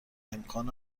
امکان